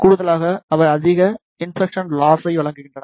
கூடுதலாக அவை அதிக இன்சர்சன் லாசை வழங்குகின்றன